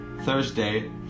Thursday